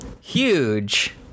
huge